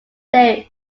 day